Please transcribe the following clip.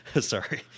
Sorry